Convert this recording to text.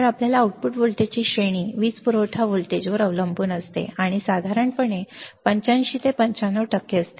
तर आपल्या आउटपुट व्होल्टेजची श्रेणी वीज पुरवठा व्होल्टेजवर अवलंबून असते आणि साधारणपणे 85 ते 95 टक्के असते